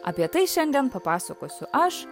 apie tai šiandien papasakosiu aš